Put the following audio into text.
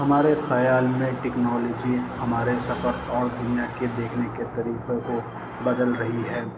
ہمارے خیال میں ٹیکنالوجی ہمارے ثقف اور دنیا کے دیکھنے کے طریقے کو بدل رہی ہے